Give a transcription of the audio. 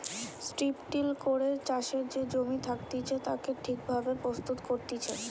strip till করে চাষের যে জমি থাকতিছে তাকে ঠিক ভাবে প্রস্তুত করতিছে